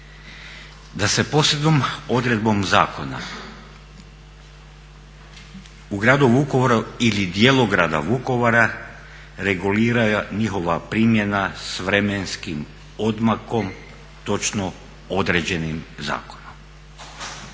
da se posebnom odredbom zakona u gradu Vukovaru ili dijelu grada Vukovara regulira njihova primjena s vremenskim odmakom točno određenim zakonom.